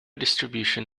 distribution